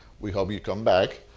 we hope you come back.